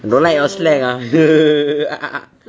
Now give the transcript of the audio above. don't like your slang ah